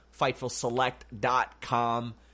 FightfulSelect.com